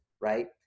right